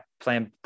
playing